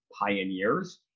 pioneers